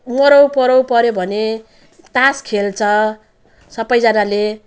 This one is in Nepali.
मरौपरौ पर्यो भने तास खेल्छ सबैजनाले